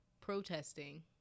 protesting